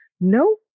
no